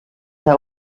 der